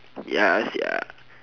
ya